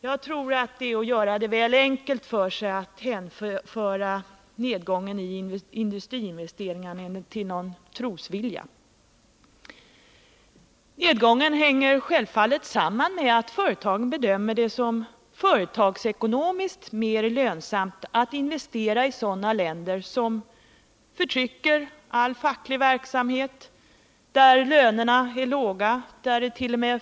Jag tror det är att göra det väl enkelt för sig att försöka hänföra denna nedgång till något slag av trosvilja. Nedgången hänger självfallet samman med att företagen bedömer det som företagsekonomiskt mer lönsamt att investera i länder där man förtrycker all facklig verksamhet, där lönerna är låga och där dett.o.m.